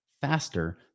faster